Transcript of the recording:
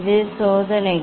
இது சோதனைகள்